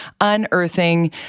unearthing